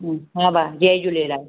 हा भाउ जय झूलेलाल